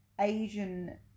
Asian